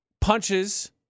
punches